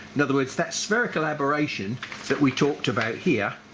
in other words that spherical aberration that we talked about here.